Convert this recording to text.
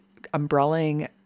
umbrelling